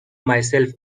myself